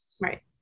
Right